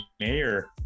mayor